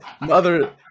Mother